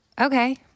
Okay